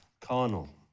carnal